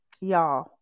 Y'all